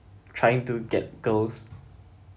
trying to get girls